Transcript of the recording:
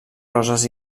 roses